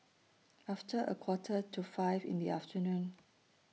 after A Quarter to five in The afternoon